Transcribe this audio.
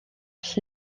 all